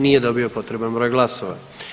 Nije dobio potreban broj glasova.